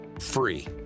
free